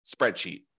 spreadsheet